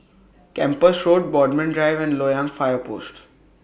Kempas Road Bodmin Drive and Loyang Fire Post